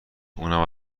اونم